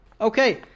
Okay